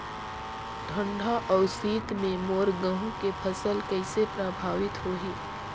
ठंडा अउ शीत मे मोर गहूं के फसल कइसे प्रभावित होही?